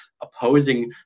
opposing